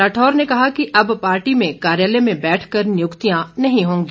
राठौर ने कहा कि अब पार्टी में कार्यालय में बैठकर नियुक्तियां नहीं होंगी